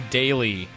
daily